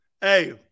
Hey